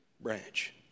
branch